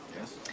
Yes